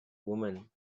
woman